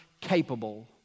capable